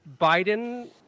Biden